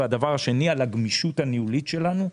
והדבר השני על הגמישות הניהולית שלנו,